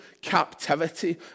captivity